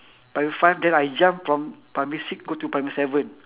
primary five then I jump from primary six go to primary seven